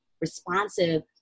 responsive